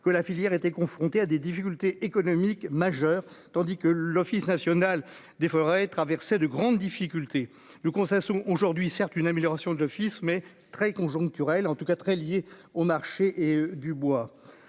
que la filière était confronté à des difficultés économiques, tandis que l'Office national des forêts traversait de grandes difficultés, le Conseil sont aujourd'hui certes une amélioration de l'office mais très conjoncturelle, en tout cas très liés au marché et du bois,